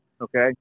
okay